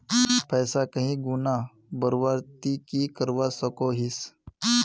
पैसा कहीं गुणा बढ़वार ती की करवा सकोहिस?